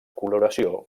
coloració